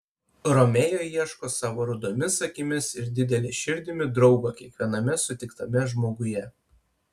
romeo ieško savo rudomis akimis ir didele širdimi draugo kiekviename sutiktame žmoguje